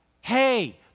hey